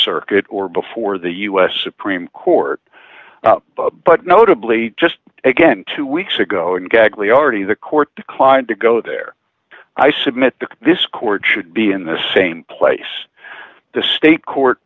circuit or before the u s supreme court but notably just again two weeks ago in gagliardi the court declined to go there i submit that this court should be in the same place the state court